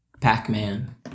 Pac-Man